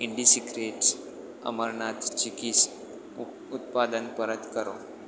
Indisecrets Amarnath ચીકીસ ઉત્પાદન પરત કરો